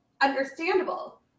understandable